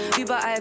überall